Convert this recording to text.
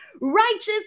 righteous